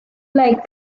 like